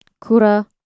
Kura